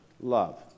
love